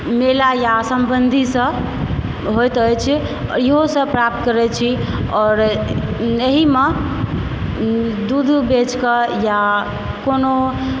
मेला या संबन्धीसँ होइत अछि और इहोसँ प्राप्त करै छी और एहिमे दुध बेचकऽ या कोनो